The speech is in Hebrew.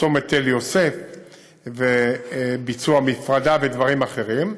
צומת תל יוסף וביצוע מפרדה ודברים אחרים,